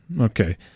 Okay